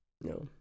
No